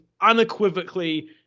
unequivocally